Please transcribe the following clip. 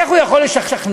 איך הוא יכול לשכנע?